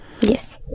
Yes